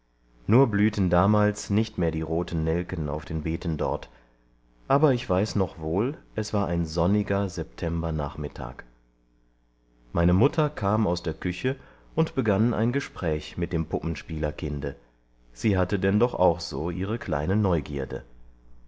nur blühten damals nicht mehr die roten nelken auf den beeten dort aber ich weiß noch wohl es war ein sonniger septembernachmittag meine mutter kam aus ihrer küche und begann ein gespräch mit dem puppenspielerkinde sie hatte denn doch auch so ihre kleine neugierde